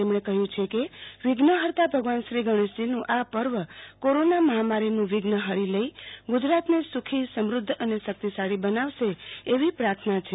તેમણે કહ્યું છે કે વિદ્નેદર્તા ભગવાન શ્રી ગણેશજીનું આ પર્વ કોરોના મહામાંરીનું વિધ્ન હરી લેઈ ગુજરોતને સુખીસમૃધ્ધ અને શકિતશાળી બનાવશે એવી પ્રાર્થના છે